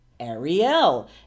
Ariel